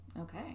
Okay